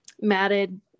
matted